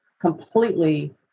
completely